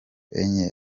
enye